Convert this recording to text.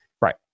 Right